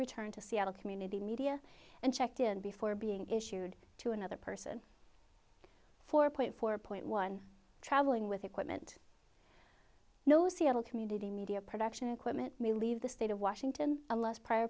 returned to seattle community media and checked in before being issued to another person for point for point one traveling with equipment no seattle community media production equipment believe the state of washington unless prior